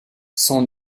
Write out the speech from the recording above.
sans